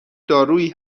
دارویی